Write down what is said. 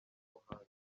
umuhanzi